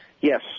Yes